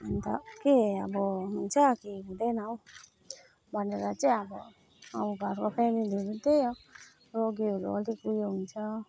अन्त के अब हुन्छ कि हुँदैन हौ भनेर चाहिँ अब अब घरमा फेमिलीहरू नि त्यही हो रोगीहरू अलिक उयो हुन्छ